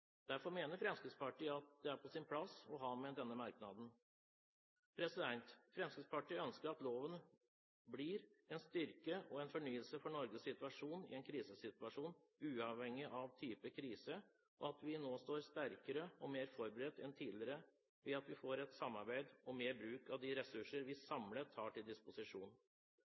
Derfor mener Fremskrittspartiet at det er på sin plass å ha med denne merknaden. Fremskrittspartiet ønsker at loven blir en styrke og en fornyelse for Norges situasjon i en krise, uavhengig av type krise, og at vi nå står sterkere og mer forberedt enn tidligere, ved at vi får et samarbeid og mer bruk av de ressurser vi samlet har til disposisjon.